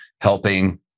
helping